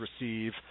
receive